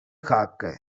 காக்க